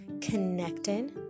connected